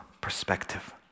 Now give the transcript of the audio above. perspective